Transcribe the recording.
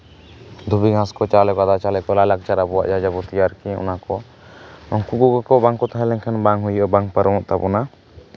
ᱫᱷᱩᱵᱤ ᱜᱷᱟᱥ ᱠᱚ ᱪᱟᱞ ᱠᱟᱫᱟ ᱞᱟᱭᱼᱞᱟᱠᱪᱟᱨ ᱟᱵᱚᱣᱟᱜ ᱡᱟ ᱡᱟᱵᱚᱛᱤ ᱟᱨᱠᱤ ᱚᱱᱟ ᱠᱚ ᱩᱱᱠᱩ ᱠᱚᱜᱮ ᱠᱚ ᱵᱟᱝ ᱠᱚ ᱛᱟᱦᱮᱸ ᱞᱮᱱᱠᱷᱟᱱ ᱵᱟᱝ ᱦᱩᱭᱩᱜᱼᱟ ᱵᱟᱝ ᱯᱟᱨᱚᱢᱚᱜ ᱛᱟᱵᱚᱱᱟ